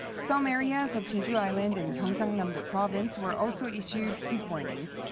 some areas of jeju island and gyeongsangnam-do province were also issued heat warnings,